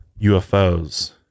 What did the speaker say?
ufos